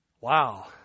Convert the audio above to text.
wow